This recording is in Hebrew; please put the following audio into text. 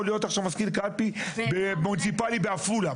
להיות עכשיו מזכיר קלפי מוניציפלי בעפולה?